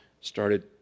started